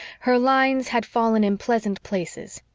her lines had fallen in pleasant places.